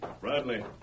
Bradley